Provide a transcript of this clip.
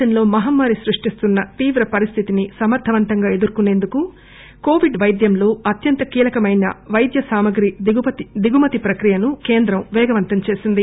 దేశంలో మహమ్మారి సృష్టిస్తున్న తీవ్ర పరిస్దితిని సమర్దవంతంగా ఎదుర్కొనేందుకు కోవిడ్ వైద్యంలో అత్యంత కీలకమైన వైద్య సామాగ్రి దిగుమతి ప్రక్రియను కేంద్రం పేగవంతం చేసింది